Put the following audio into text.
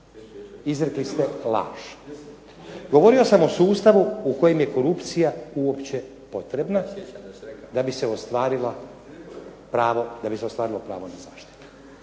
Izrekli ste laž. Govorio sam o sustavu u kojem je korupcija uopće potrebna da bi se ostvarilo pravo na zaštitu.